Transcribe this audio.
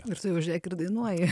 ir tu jau žiūrėk ir dainuoji